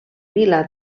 vila